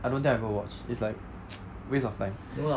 I don't think I going watch is like waste of time